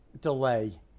delay